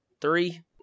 Three